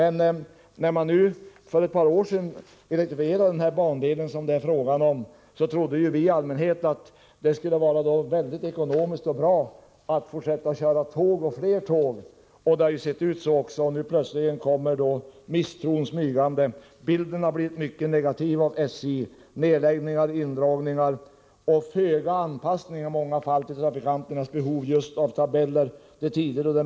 För ett par år sedan elektrifierades den bandel som det här är fråga om, och då trodde man i allmänhet att det skulle vara mycket ekonomiskt och bra att fortsätta att köra med tåg — och t.o.m. med fler tåg — och så har det förefallit vara. Men plötsligt kommer misstron smygande. Bilden av SJ har blivit mycket negativ till följd av nedläggningar, indragningar och i många fall en dålig anpassning till trafikanternas behov av turer då trafiken är som intensivast.